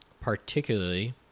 particularly